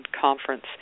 conference